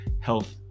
health